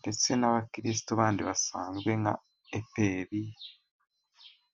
ndetse n'abakirisitu bandi basanzwe nk'abadeperi.